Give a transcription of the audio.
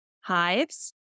Hives